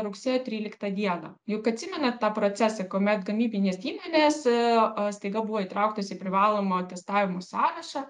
rugsėjo tryliktą dieną juk atsimenat tą procesą kuomet gamybinės įmonės e e staiga buvo įtrauktos į privalomojo testavimo sąrašą